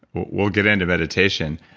we'll get into meditation.